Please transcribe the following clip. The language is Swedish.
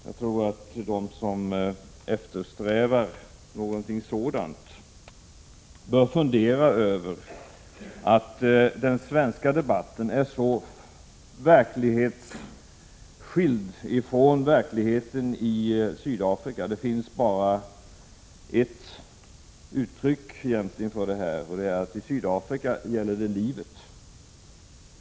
Jag tror att de som eftersträvar någonting sådant bör fundera över att den svenska debatten är skild ifrån verkligheten i Sydafrika. Det finns egentligen bara ett uttryck för det: I Sydafrika gäller det livet.